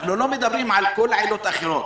אנחנו לא מדברים על כל העילות האחרות.